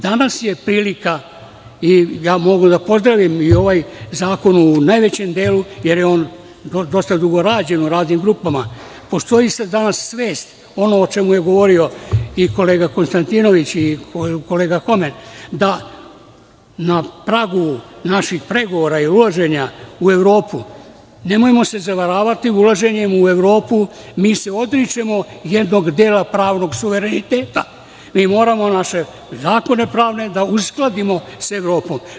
Danas je prilika, mogu da podelim i ovaj zakon u najvećem delu, jer je on dosta dugo rađen u radnim grupama, postoji danas svest, ono o čemu je govorio i kolega Konstantinović i kolega Homen, da na pragu naših pregovora i ulaženja u Evropu, nemojmo se zavaravati ulaženjem u Evropu, mi se odričemo jednog dela pravnog suvereniteta, mi moramo naše zakone pravne da uskladimo sa Evropom.